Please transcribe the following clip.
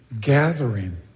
gathering